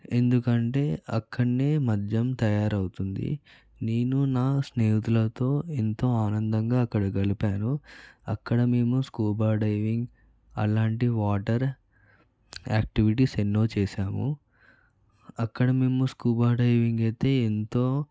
ఎందుకంటే అక్కడనే మద్యం తయారవుతుంది నేను నా స్నేహితులతో ఎంతో ఆనందంగా అక్కడ గడిపాను అక్కడ మేము స్క్యూబా డైవింగ్ అలాంటి వాటర్ ఆక్టివిటీస్ ఎన్నో చేశాము అక్కడ మేము స్క్యూబా డైవింగ్ అయితే ఎంతో